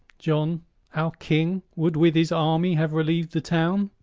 john our king would with his army have relieved the town,